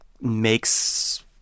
makes